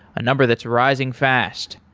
a number that's rising fast.